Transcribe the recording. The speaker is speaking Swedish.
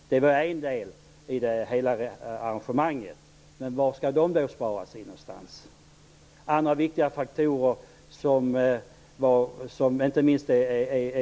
Detta är bara en del i det hela, men var någonstans skall de här medlen sparas in?